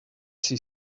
see